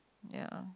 ya